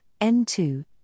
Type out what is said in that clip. N2